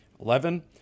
Eleven